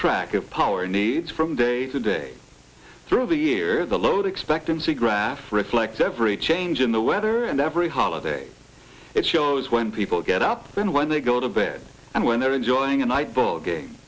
track of power needs from day to day through the year the load expectancy graph reflects every change in the weather and every holiday it shows when people get up and when they go to bed and when they're enjoying a